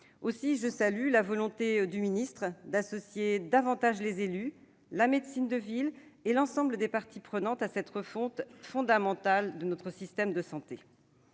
soins. Je salue la volonté du ministre d'associer davantage les élus, la médecine de ville et l'ensemble des parties prenantes à cette refonte fondamentale de notre système de santé.